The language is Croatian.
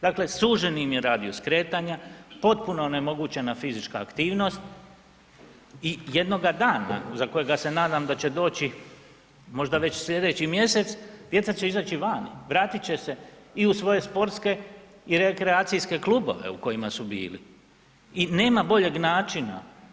Dakle sužen im je radijus kretanja, potpuno onemogućena fizička aktivnost i jednoga dana, za kojega se nadam da će doći možda već sljedeći mjesec, djeca će izaći vani, vratit će se i u svoje sportske i rekreacijske klubove u kojima su bili i nema boljeg načina.